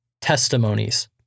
testimonies